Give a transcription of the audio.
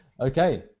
Okay